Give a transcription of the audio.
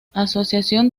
asociación